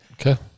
Okay